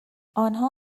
آنها